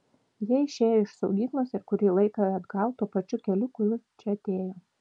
jie išėjo iš saugyklos ir kurį laiką ėjo atgal tuo pačiu keliu kuriuo čia atėjo